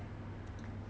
ya but